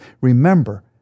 remember